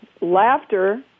Laughter